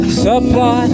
supply